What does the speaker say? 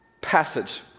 passage